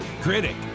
Critic